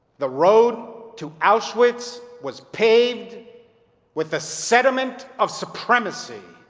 the road to auschwitz was paved with the sediment of supremacy,